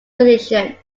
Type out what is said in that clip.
conditions